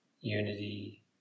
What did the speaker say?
unity